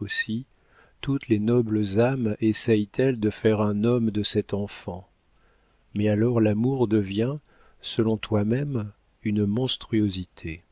aussi toutes les nobles âmes essaient elles de faire un homme de cet enfant mais alors l'amour devient selon toi-même une monstruosité